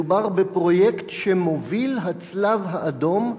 מדובר בפרויקט שמוביל הצלב-האדום,